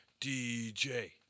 DJ